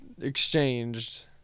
Exchanged